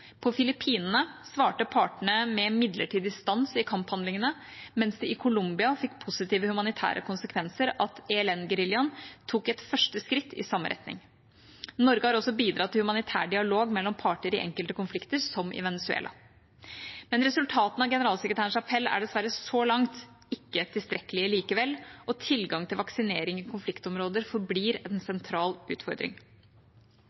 På Filippinene svarte partene med midlertidig stans i kamphandlingene, mens det i Colombia fikk positive humanitære konsekvenser at ELN-geriljaen tok et første skritt i samme retning. Norge har også bidratt til humanitær dialog mellom parter i enkelte konflikter, som i Venezuela. Men resultatene av generalsekretærens appell er dessverre så langt ikke tilstrekkelige, og tilgang til vaksinering i konfliktområder forblir en